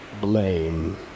blame